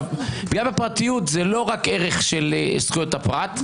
פגיעה בפרטיות זה לא רק ערך של זכויות הפרט,